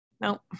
Nope